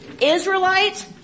Israelite